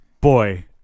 Boy